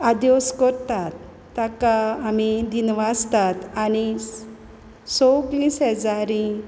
आदेवस करता ताका आमी दिनवासतात आनी सगलीं शेजारी